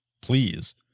please